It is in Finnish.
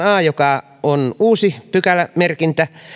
a pykälä joka on uusi pykälämerkintä